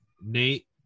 Nate